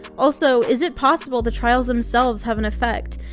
also is it possible the trials themselves have an effect,